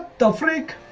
the frank